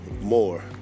more